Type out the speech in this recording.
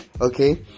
okay